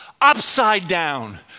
upside-down